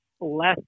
less